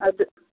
ꯑꯗꯨ